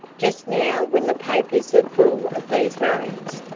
just now when the papers are full of these rogues,